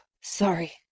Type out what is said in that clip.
Sorry